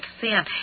sin